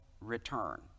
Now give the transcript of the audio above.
return